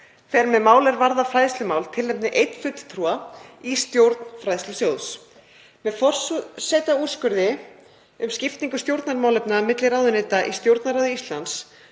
fer með mál er varða fræðslumál tilnefni einn fulltrúa í stjórn Fræðslusjóðs. Með forsetaúrskurði um skiptingu stjórnarmálefna milli ráðuneyta í Stjórnarráði Íslands